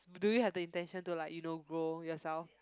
do you have the intention to like you know grow yourself